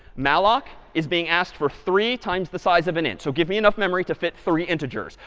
malloc is being asked for three times the size of an int. so give me enough memory to fit three integers.